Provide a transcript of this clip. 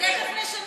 תכף נשנה,